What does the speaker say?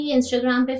Instagram